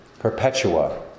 Perpetua